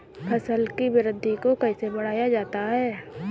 फसल की वृद्धि को कैसे बढ़ाया जाता हैं?